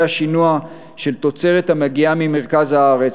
השינוע של תוצרת המגיעה ממרכז הארץ,